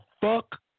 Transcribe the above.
fuck